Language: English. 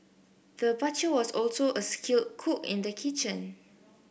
the butcher was also a skilled cook in the kitchen